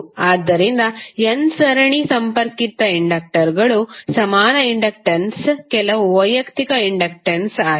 ಆದ್ದರಿಂದ n ಸರಣಿ ಸಂಪರ್ಕಿತ ಇಂಡಕ್ಟರುಗಳ ಸಮಾನ ಇಂಡಕ್ಟನ್ಸ್ ಕೆಲವು ವೈಯಕ್ತಿಕ ಇಂಡಕ್ಟನ್ಸ್ ಆಗಿದೆ